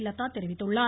லதா தெரிவித்துள்ளார்